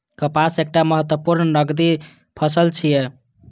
कपास एकटा महत्वपूर्ण नकदी फसल छियै